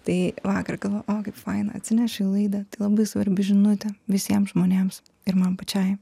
tai vakar galvoju o kaip faina atsinešiu į laidą labai svarbią žinutę visiem žmonėms ir man pačiai